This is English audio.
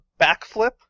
backflip